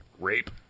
Rape